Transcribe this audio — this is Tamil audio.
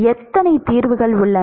எத்தனை தீர்வுகள் உள்ளன